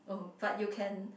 oh but you can